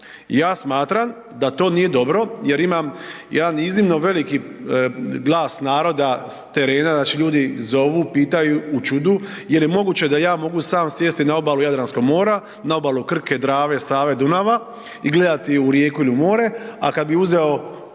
ja smatram da to nije dobro, jer imam jedan iznimno veliki glas naroda s terena, znači ljudi zovu, pitaju u čudu, jel je moguće da ja mogu sam sjesti na obalu Jadranskog mora, na obalu Krke, Drave, Save, Dunava i gledati u rijeku ili more, a kad bi uzeo,